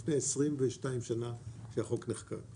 לפני 22 שנים כשהחוק נחקק.